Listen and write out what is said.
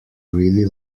really